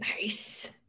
Nice